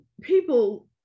people